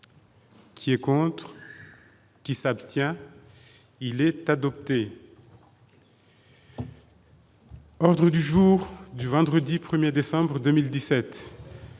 Qui est contre qui s'abstient, il est adopté. Ordre du jour du vendredi 1er décembre 2017.